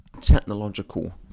technological